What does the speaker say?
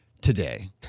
today